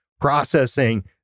processing